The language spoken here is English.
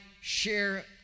share